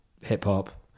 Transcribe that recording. hip-hop